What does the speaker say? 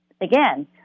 again